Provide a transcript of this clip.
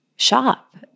shop